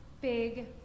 big